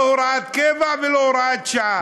לא הוראת קבע ולא הוראת שעה.